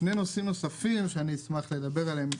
שני נושאים נוספים שאני אשמח לדבר עליהם,